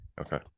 Okay